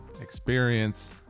Experience